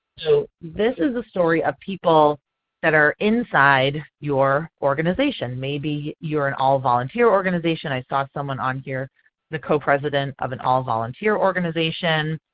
so this is a story of people that are inside your organization, maybe you are an all-volunteer organization. i saw someone on here the copresident of an all-volunteer organization.